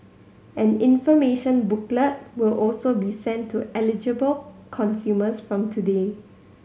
an information booklet will also be sent to eligible consumers from today